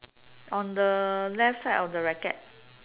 on the left side of the racket